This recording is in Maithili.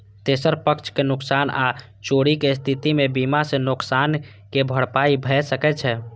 तेसर पक्ष के नुकसान आ चोरीक स्थिति मे बीमा सं नुकसानक भरपाई भए सकै छै